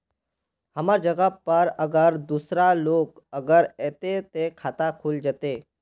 हमर जगह पर अगर दूसरा लोग अगर ऐते ते खाता खुल जते?